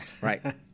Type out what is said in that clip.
Right